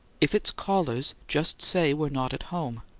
if it's callers, just say we're not at home.